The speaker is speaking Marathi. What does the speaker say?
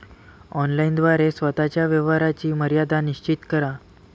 ऑनलाइन द्वारे स्वतः च्या व्यवहाराची मर्यादा निश्चित करा